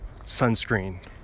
sunscreen